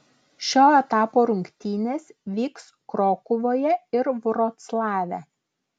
šio etapo rungtynės vyks krokuvoje ir vroclave